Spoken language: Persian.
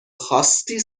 خواستی